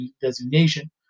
designation